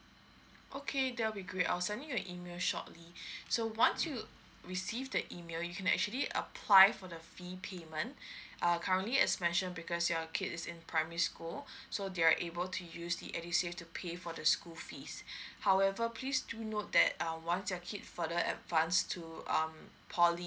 okay that would be great I'll send you an email shortly so once you received the email you can actually apply for the fee payment err currently as mentioned because your kids is in primary school so they are able to use the edusave to pay for the school fees however please do note that um once your kid further advance to um poly